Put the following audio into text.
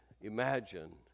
imagine